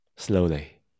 Slowly